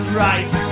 right